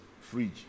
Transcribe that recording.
fridge